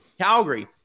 Calgary